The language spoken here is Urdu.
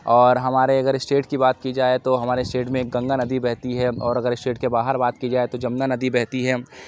اور ہمارے اگر اسٹیٹ کی بات کی جائے تو ہمارے اسٹیٹ میں گنگا ندی بہتی ہے اور اگر اسٹیٹ کے باہر بات کی جائے تو جمنا ندی بہتی ہے